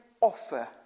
offer